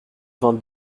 vingt